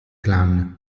clan